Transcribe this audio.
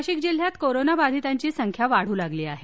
नाशिक जिल्ह्यात कोरोना बधितांची संख्या वाढू लागली आहे